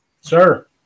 sir